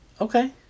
Okay